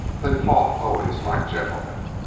they fought always like gentlemen.